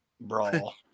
brawl